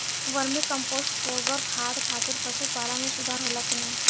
Vermi compost गोबर खाद खातिर पशु पालन में सुधार होला कि न?